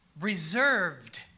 reserved